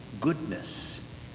goodness